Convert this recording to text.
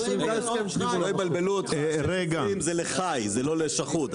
זה לעוף חי, לא שחוט.